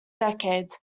decades